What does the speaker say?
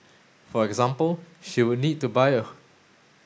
for example she would need to buy